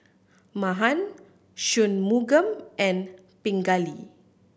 Mahan Shunmugam and Pingali